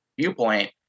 viewpoint